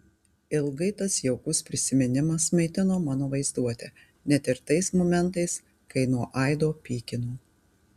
ilgai tas jaukus prisiminimas maitino mano vaizduotę net ir tais momentais kai nuo aido pykino